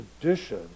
tradition